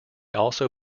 also